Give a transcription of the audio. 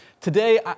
Today